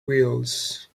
wheels